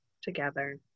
together